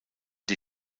die